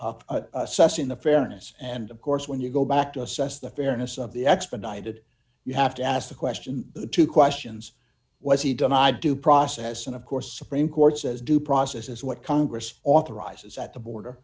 session the fairness and of course when you go back to assess the fairness of the expedited you have to ask the question the two questions was he denied due process and of course supreme court says due process is what congress authorizes at the border